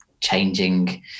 changing